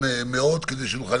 יכולת